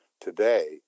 today